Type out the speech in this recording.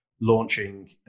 launching